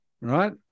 right